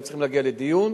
היו צריכים להגיע לדיון,